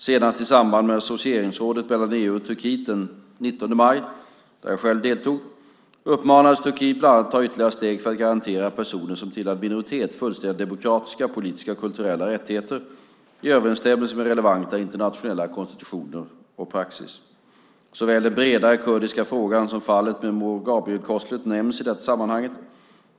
Senast i samband med Associeringsrådet mellan EU och Turkiet den 19 maj, där jag själv deltog, uppmanades Turkiet bland annat att ta ytterligare steg för att garantera personer som tillhör en minoritet fullständiga demokratiska, politiska och kulturella rättigheter, i överensstämmelse med relevanta internationella konventioner och EU-praxis. Såväl den bredare kurdiska frågan som fallet med Mor Gabrielklostret nämndes i det sammanhanget.